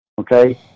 okay